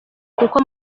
kuko